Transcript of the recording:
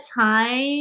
time